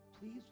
Please